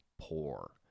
poor